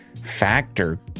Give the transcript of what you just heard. Factor